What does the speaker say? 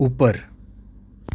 ઉપર